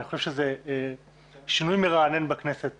אני חושב שזה שינוי מרענן בכנסת